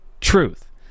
truth